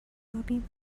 یابیم